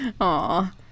Aw